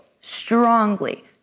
strongly